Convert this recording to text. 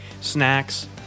Snacks